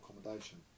accommodation